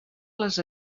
les